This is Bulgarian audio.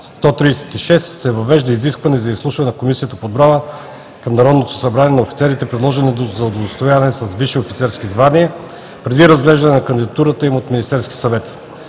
136 се въвежда изискване за изслушване от Комисията по отбрана към Народното събрание на офицерите, предложени за удостояване с висши офицерски звания, преди разглеждане на кандидатурата им от Министерския съвет.